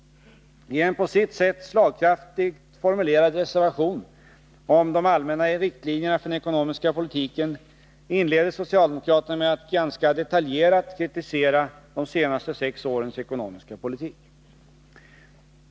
En på sitt sätt slagkraftigt formulerad reservation om de allmänna riktlinjerna för den ekonomiska politiken inleder socialdemokraterna med att ganska detaljerat kritisera de senaste sex årens ekonomiska politik.